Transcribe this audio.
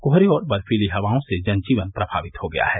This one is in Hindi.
कोहरे और बर्फीली हवाओं से जन जीवन प्रभावित हो गया है